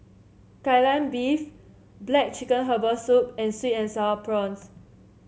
Kai Lan Beef black chicken Herbal Soup and sweet and sour prawns